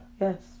Yes